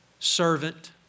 Servant